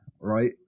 Right